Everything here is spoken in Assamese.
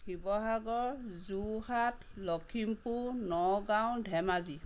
শিৱসাগৰ যোৰহাট লখিমপুৰ নগাঁও ধেমাজি